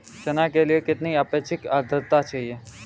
चना के लिए कितनी आपेक्षिक आद्रता चाहिए?